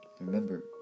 Remember